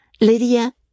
Lydia